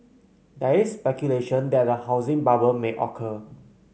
there's speculation that a housing bubble may occur